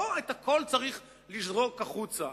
לא הכול צריך לזרוק החוצה.